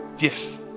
Yes